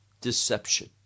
deception